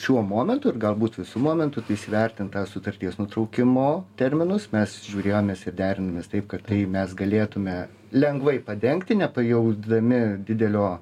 šiuo momentu ir galbūt visu momentu tai įsivertint tą sutarties nutraukimo terminus mes žiūrėjomės ir derinomės taip kad tai mes galėtume lengvai padengti nepajausdami didelio